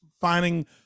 finding